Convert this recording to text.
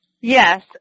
yes